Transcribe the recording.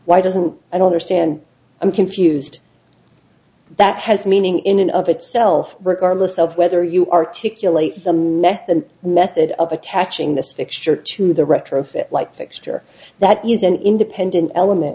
why doesn't i don't understand i'm confused that has meaning in and of itself regardless of whether you articulate the net then let it of attaching this fixture to the retrofit light fixture that is an independent element